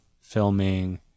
filming